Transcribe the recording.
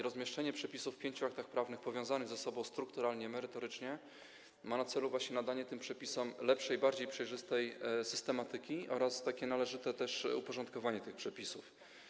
Rozmieszczenie przepisów w pięciu aktach prawnych powiązanych ze sobą strukturalnie i merytorycznie ma na celu nadanie tym przepisom lepszej, bardziej przejrzystej systematyki oraz należyte uporządkowanie tych przepisów.